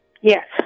Yes